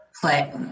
play